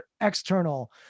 external